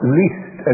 least